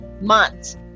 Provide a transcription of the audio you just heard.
months